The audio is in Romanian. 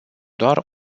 doar